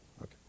Okay